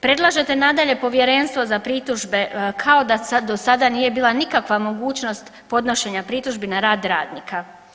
Predlažete nadalje Povjerenstvo za pritužbe kao da do sada nije bila nikakva mogućnost podnošenja pritužbi na rad radnika.